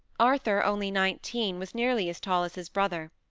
arthur, only nineteen, was nearly as tall as his brother.